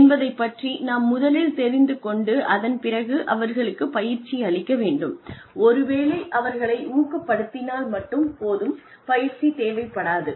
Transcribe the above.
என்பதைப் பற்றி நாம் முதலில் தெரிந்து கொண்டு அதன் பிறகு அவர்களுக்குப் பயிற்சி அளிக்க வேண்டும் ஒருவேளை அவர்களை ஊக்கப்படுத்தினால் மட்டும் போதும் பயிற்சி தேவைப்படாது